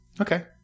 Okay